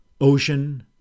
Ocean